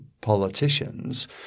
politicians